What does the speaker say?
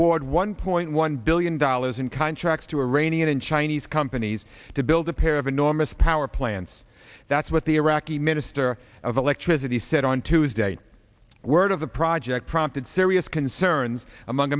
award one point one billion dollars in contracts to iranian and chinese companies to build a pair of enormous power plants that's what the iraqi minister of electricity said on tuesday word of the project prompted serious concerns among